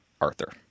Arthur